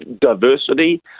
diversity